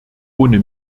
ohne